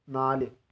നാല്